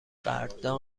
قدردان